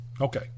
Okay